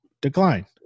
decline